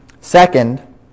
Second